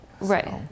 right